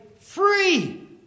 free